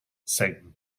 satan